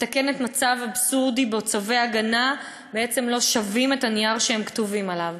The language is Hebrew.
מתקנת מצב אבסורדי שצווי הגנה בעצם לא שווים את הנייר שהם כתובים עליו.